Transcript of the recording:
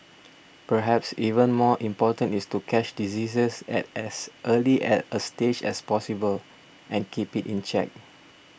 perhaps even more important is to catch diseases at as early a stage as possible and keep it in check